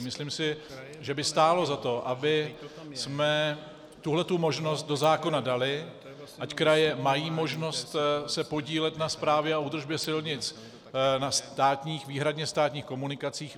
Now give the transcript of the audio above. Myslím si, že by stálo za to, abychom tuhle možnost do zákona dali, ať kraje mají možnost se podílet na správě a údržbě silnic na státních výhradně státních komunikacích.